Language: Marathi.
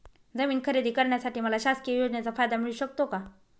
जमीन खरेदी करण्यासाठी मला शासकीय योजनेचा फायदा मिळू शकतो का?